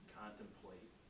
contemplate